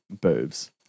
boobs